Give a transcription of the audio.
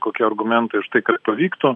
kokie argumentai už tai kad pavyktų